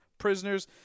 prisoners